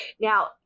Now